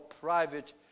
private